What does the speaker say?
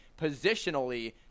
positionally